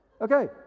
Okay